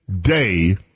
day